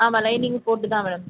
ஆமாம் லைனிங்கும் போட்டு தான் மேடம்